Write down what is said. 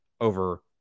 over